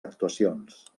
actuacions